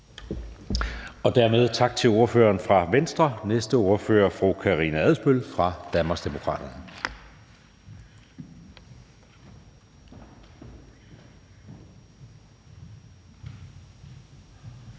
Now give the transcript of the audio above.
Dermed tak til ordføreren fra Venstre. Næste ordfører er fru Karina Adsbøl fra Danmarksdemokraterne.